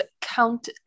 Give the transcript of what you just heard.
Count